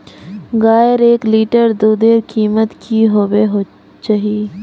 गायेर एक लीटर दूधेर कीमत की होबे चही?